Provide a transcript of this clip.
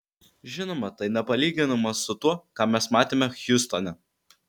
žinoma tai nepalyginama su tuo ką mes matėme hjustone